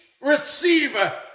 receiver